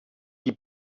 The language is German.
die